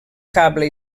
cable